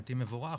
מבחינתי מבורך,